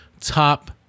top